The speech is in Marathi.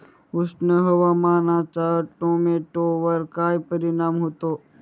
उष्ण हवामानाचा टोमॅटोवर काय परिणाम होतो?